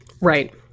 Right